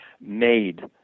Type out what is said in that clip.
made